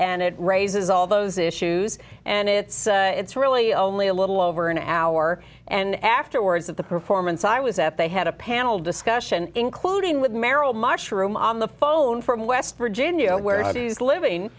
and it raises all those issues and it's it's really only a little over an hour and afterwards of the performance i was at they had a panel discussion including with meryl mushroom on the phone from west virginia where he's living